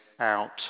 out